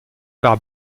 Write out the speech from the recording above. par